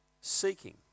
seeking